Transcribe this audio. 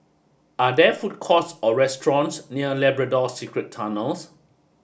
are there food courts or restaurants near Labrador Secret Tunnels